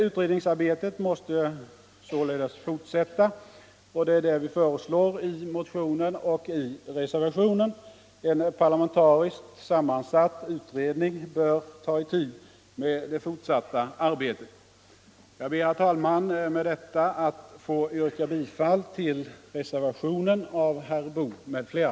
Utredningsarbetet måste således fortsätta, och det är det vi föreslår i motionen och i reservationen. En parlamentariskt sammansatt utredning bör ta itu med det fortsatta arbetet. Jag ber, herr talman, att med detta få yrka bifall till reservationen av herr Boo m.fl.